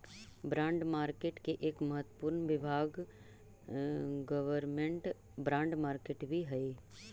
bond market के एक महत्वपूर्ण विभाग गवर्नमेंट बॉन्ड मार्केट भी हइ